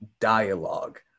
dialogue